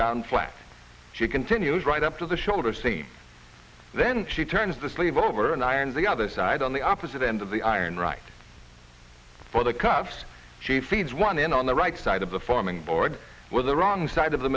down flat she continues right up to the shoulder see then she turns the sleeve over and ironed the other side on the opposite end of the iron right for the cuffs she feeds one in on the right side of the forming board with the wrong side of the